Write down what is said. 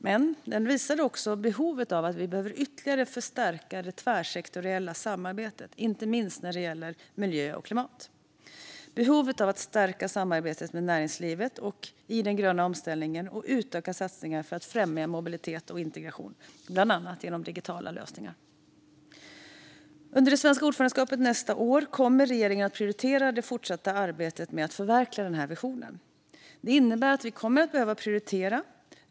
Men den visade också på behovet av att ytterligare stärka det tvärsektoriella samarbetet, inte minst vad gäller miljö och klimat och behovet av att stärka samarbetet med näringslivet i den gröna omställningen och utöka satsningarna för att främja mobilitet och integration, bland annat genom digitala lösningar. Under det svenska ordförandeskapet nästa år kommer regeringen att prioritera det fortsatta arbetet med att förverkliga den här visionen. Det innebär att vi kommer att behöva prioritera.